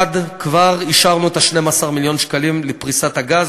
1. כבר אישרנו 12 מיליון שקלים לפריסת הגז.